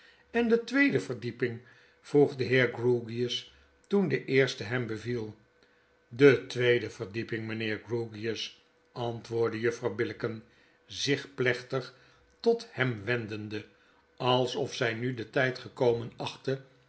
en de tweede verdieping vroeg de heer grewgious toen de eerste hem beviel de tweede verdieping mgnheer grewgious antwoordde juffrouw billicken zich plechtig tot hem wendende alsof zg nu den tgd gekomen achtte